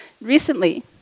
Recently